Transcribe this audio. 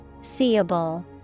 Seeable